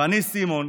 ואני, סימון,